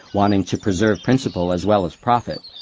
wanting to preserve principle as well as profit,